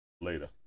later